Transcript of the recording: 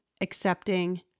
accepting